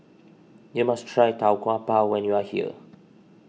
you must try Tau Kwa Pau when you are here